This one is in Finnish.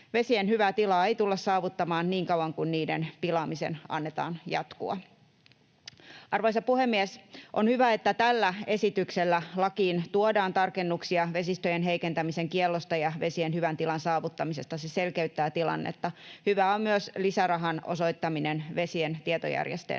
Vesien hyvää tilaa ei tulla saavuttamaan niin kauan kuin niiden pilaamisen annetaan jatkua. Arvoisa puhemies! On hyvä, että tällä esityksellä lakiin tuodaan tarkennuksia vesistöjen heikentämisen kiellosta ja vesien hyvän tilan saavuttamisesta. Se selkeyttää tilannetta. Hyvää on myös lisärahan osoittaminen vesien tietojärjestelmiin.